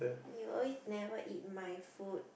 you always never eat my food